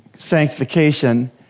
sanctification